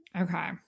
Okay